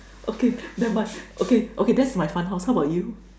okay never mind okay okay that's my fun house how about you